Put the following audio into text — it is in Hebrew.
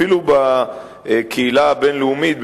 אפילו בקהילה הבין-לאומית,